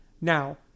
Now